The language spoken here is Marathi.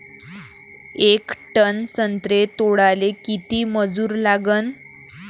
येक टन संत्रे तोडाले किती मजूर लागन?